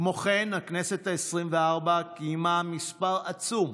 כמו כן, הכנסת העשרים-וארבע קיימה מספר עצום